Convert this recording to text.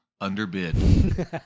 underbid